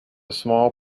small